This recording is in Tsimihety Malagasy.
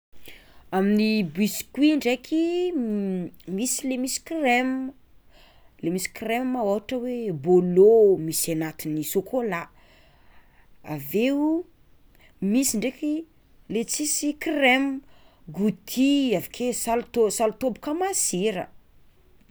Amin'ny biscuit ndraiky: misy le misy crema le misy creme ôhatra hoe bolo misy agnatiny sokolà aveo misy ndraiky le tsisy crema, gouty, avakeo salto, salto bôka masira.